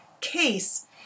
case